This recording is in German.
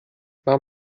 mach